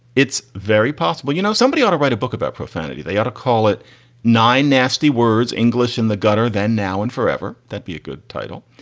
it's very possible. you know, somebody ought to write a book about profanity. they ought to call it nine nasty words, english in the gutter, then, now and forever, that be a good title.